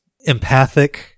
empathic